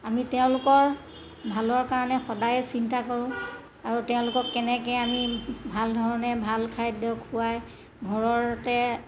আমি তেওঁলোকৰ ভালৰ কাৰণে সদায়ে চিন্তা কৰোঁ আৰু তেওঁলোকক কেনেকৈ আমি ভাল ধৰণে ভাল খাদ্য খুৱাই ঘৰতে